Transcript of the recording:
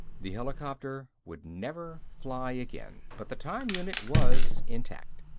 the helicopter would never fly again, but the time unit was intact.